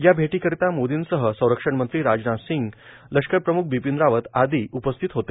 या भेटीकरिता मोदींसह संरक्षण मंत्री राजनाथ सिंग लष्कर प्रम्ख बिपीन रावत आदि उपस्थित होते